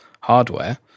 hardware